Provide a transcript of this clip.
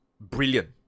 Brilliant